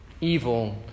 evil